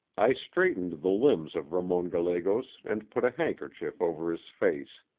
i straightened the limbs of ramon gallegos and put a handkerchief over his face.